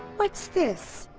what's this?